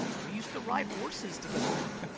we used to ride horses to get around.